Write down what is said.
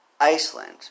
Iceland